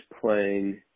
playing